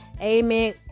Amen